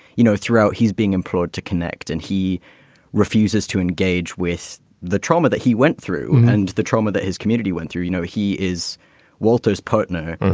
you know, throughout he's being employed to connect and he refuses to engage with the trauma that he went through and the trauma that his community went through. you know, he is walter's partner,